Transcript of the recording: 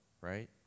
right